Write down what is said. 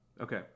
Okay